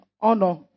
honor